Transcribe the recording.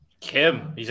Kim